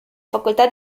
facoltà